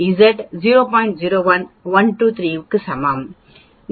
01 123 க்கு சமமாக இருக்கும்